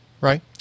Right